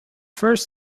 first